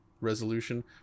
resolution